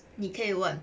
你可以问